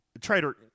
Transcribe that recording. trader